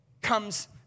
comes